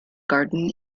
garden